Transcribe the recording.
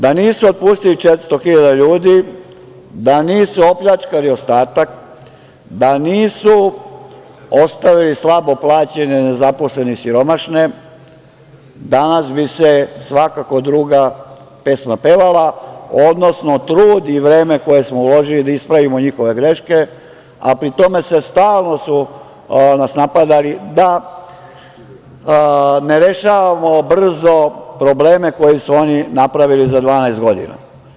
Da nisu otpustili 400.000 ljudi, da nisu opljačkali ostatak, da nisu ostavili slabo plaćene nezaposlene i siromašne, danas bi se svakako druga pesma pevala, odnosno trud i vreme koje smo uložili da ispravimo njihove greške, a pri tome stalno su nas napadali da ne rešavamo brzo probleme koji su oni napravili za 12 godina.